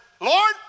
Lord